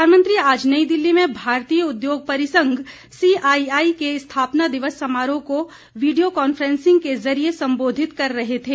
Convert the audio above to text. प्रधानमंत्री आज नई दिल्ली में भारतीय उद्योग परिसंघ सीआईआई के स्थापना दिवस समारोह को वीडियो कांफ्रेंसिंग के जरिये सम्बोधित कर रहे थे